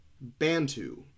Bantu